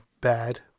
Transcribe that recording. bad